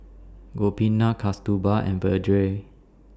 Gopinath Kasturba and Vedre